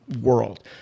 world